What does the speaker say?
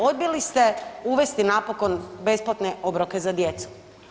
Odbili ste uvesti napokon besplatne obroke za djecu.